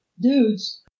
Dudes